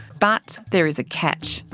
but there is a catch,